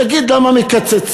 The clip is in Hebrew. תגיד למה מקצצים,